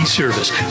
service